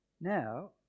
Now